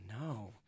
no